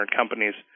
companies